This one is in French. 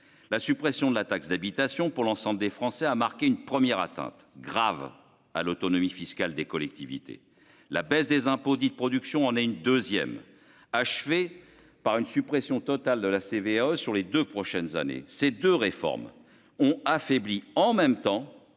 la suppression de la taxe d'habitation pour l'ensemble des Français, a marqué une première atteinte grave à l'autonomie fiscale des collectivités, la baisse des impôts dits de production en a une 2ème achevée par une suppression totale de la TVA sur les 2 prochaines années ces 2 réformes ont affaibli en même temps